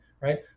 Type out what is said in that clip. Right